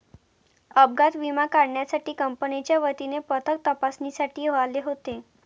अपघात विमा काढण्यापूर्वी कंपनीच्या वतीने पथक तपासणीसाठी आले होते